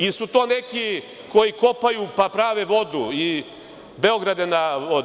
Ili su to neki koji kopaju, pa prave vodu i Beograde na vodi?